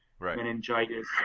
meningitis